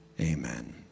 amen